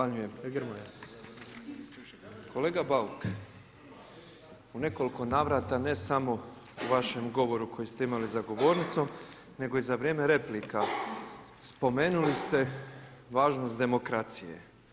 Kolega Bauk, u nekoliko navrata ne samo u vašem govoru koji ste imali za govornicom nego i za vrijeme replika spomenuli ste važnost demokracije.